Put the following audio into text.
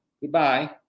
Goodbye